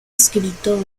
escrito